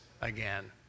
Again